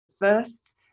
first